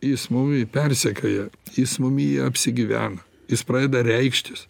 jis mumi persekioja jis mumy apsigyvena jis pradeda reikštis